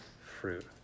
fruit